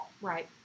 Right